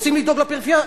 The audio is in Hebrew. רוצים לדאוג לפריפריה?